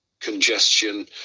congestion